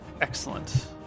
Excellent